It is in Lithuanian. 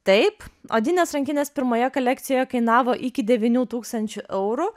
taip odinės rankinės pirmoje kolekcijoje kainavo iki devynių tūkstančių eurų